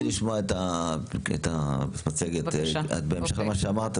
בהמשך למה שאמרת,